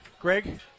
Greg